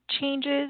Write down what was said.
changes